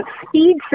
speed